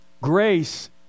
Grace